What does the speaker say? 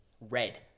Red